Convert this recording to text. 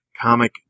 comic